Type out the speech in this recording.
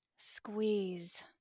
Squeeze